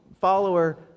follower